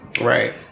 right